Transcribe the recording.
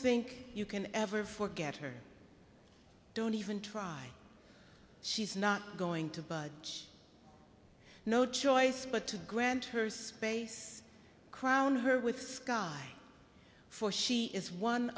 think you can ever forget her don't even try she's not going to budge no choice but to grant her crown her with sky for she is one